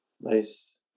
Nice